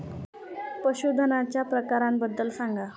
पशूधनाच्या प्रकारांबद्दल सांगा